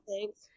thanks